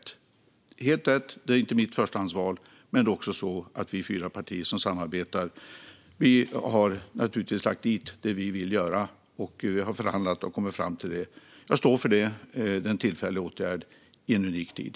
Det är helt rätt: Detta är inte mitt förstahandsval. Men vi fyra partier som samarbetar har naturligtvis lagt dit det som vi vill göra, och vi har förhandlat och kommit fram till detta. Jag står för det. Det är en tillfällig åtgärd i en unik tid.